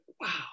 wow